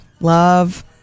Love